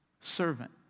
servant